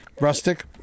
Rustic